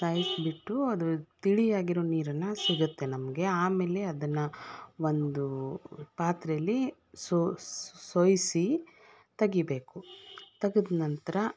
ಸಾಯಿಸಿಬಿಟ್ಟು ಅದು ತಿಳಿಯಾಗಿರೊ ನೀರನ್ನು ಸಿಗುತ್ತೆ ನಮಗೆ ಆಮೇಲೆ ಅದನ್ನು ಒಂದು ಪಾತ್ರೆಯಲ್ಲಿ ಸೋ ಸೋಸಿ ತೆಗಿಬೇಕು ತೆಗೆದ್ ನಂತರ